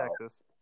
Texas